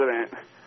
president